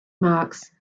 marx